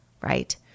right